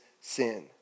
sin